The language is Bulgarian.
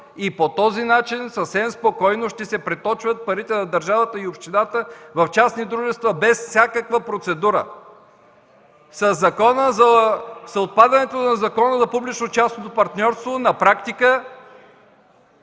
и по този начин съвсем спокойно ще се преточват парите на държавата и общината в частни дружества без всякаква процедура. (Шум и реплики от КБ.) С отпадането на Закона за публично-частното партньорство на практика